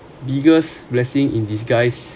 biggest blessing in disguise